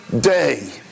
day